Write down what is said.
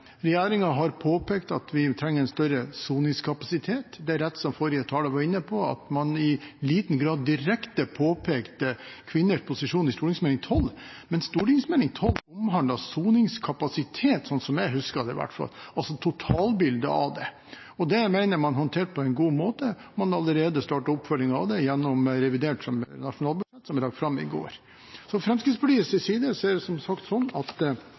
har påpekt at vi trenger en større soningskapasitet. Det er rett som forrige taler var inne på, at man i liten grad påpekte direkte kvinners posisjon i Meld. St. 12 for 2014–2015, men Meld. St. 12 omhandlet soningskapasitet – slik jeg husker det, i hvert fall – dvs. totalbildet. Det mener jeg man har håndtert på en god måte; man har allerede startet oppfølgingen av det gjennom revidert nasjonalbudsjett, som ble lagt fram i går. Fra Fremskrittspartiets side er det som sagt slik at